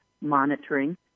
monitoring